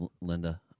Linda